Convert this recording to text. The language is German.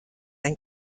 ein